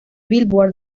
billboard